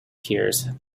hears